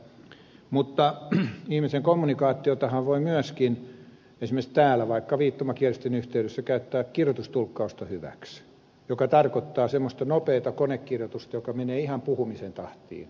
mutta ihmisen kommunikaatiossa voi myöskin esimerkiksi täällä vaikka viittomakielisten yhteydessä käyttää kirjoitustulkkausta hyväksi joka tarkoittaa semmoista nopeata konekirjoitusta joka menee ihan puhumisen tahtiin